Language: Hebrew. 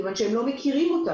כי האנשים שתושאלו לא הכירו אותם.